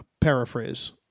paraphrase